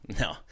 No